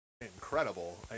incredible